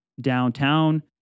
downtown